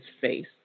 face